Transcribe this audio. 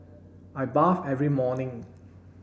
I bath every morning